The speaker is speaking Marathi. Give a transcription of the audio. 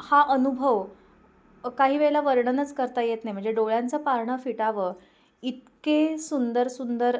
हा अनुभव काही वेळेला वर्णनच करता येत नाही म्हणजे डोळ्यांंचं पारणं फिटावं इतके सुंदर सुंदर